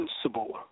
principle